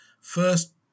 first